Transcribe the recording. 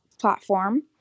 platform